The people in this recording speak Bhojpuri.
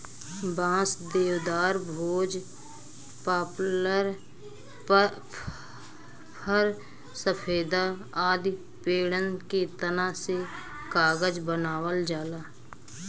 बांस, देवदार, भोज, पपलर, फ़र, सफेदा आदि पेड़न के तना से कागज बनावल जाला